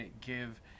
give